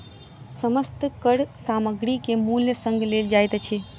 समस्त कर सामग्री के मूल्य संग लेल जाइत अछि